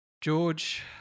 George